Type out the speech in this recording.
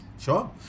Sure